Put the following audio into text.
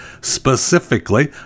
specifically